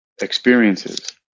experiences